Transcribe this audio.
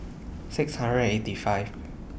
six hundred and eighty five